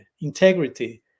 integrity